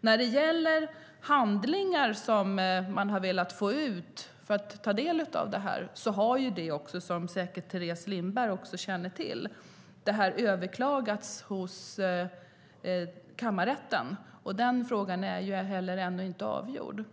När det gäller frågan om att begära ut handlingar för att ta del av information har, som Teres Lindberg säkert känner till, beslutet överklagats hos kammarrätten. Den frågan är heller ännu inte avgjord.